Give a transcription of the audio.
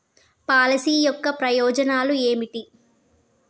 Policy యొక్క ప్రయోజనాలు ఏమిటి?